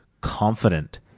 confident